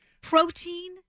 Protein